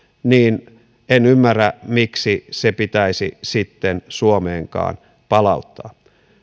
niin en ymmärrä miksi se pitäisi sitten suomeenkaan palauttaa